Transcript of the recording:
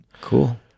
Cool